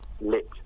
lit